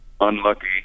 unlucky